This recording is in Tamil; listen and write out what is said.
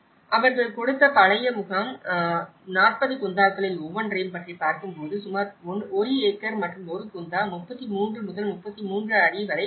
அவர்கள் கொடுத்த பழைய முகாம் 40 குந்தாக்களில் ஒவ்வொன்றையும் பற்றி பார்க்கும்போது சுமார் 1 ஏக்கர் மற்றும் 1 குந்தா 33 முதல் 33 அடி வரை உள்ளது